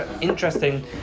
interesting